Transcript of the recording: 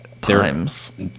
Times